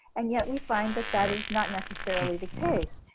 and yet we find that that is not necessarily the case.